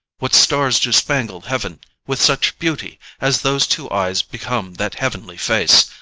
what stars do spangle heaven with such beauty as those two eyes become that heavenly face?